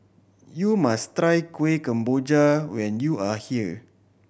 you must try Kueh Kemboja when you are here